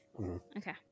Okay